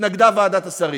התנגדה ועדת השרים,